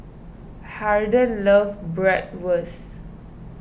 Harden loves Bratwurst